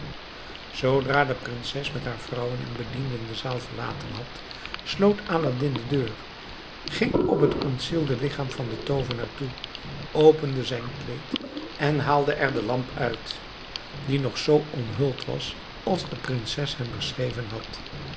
zoodra de prinses met haar vrouwen en bedienden de zaal verlaten had sloot aladdin de deur ging op het ontzielde lichaam van den toovenaar toe opende zijn kleed en haalde er de lamp uit die nog zoo omhuld was als de prinses hem beschreven had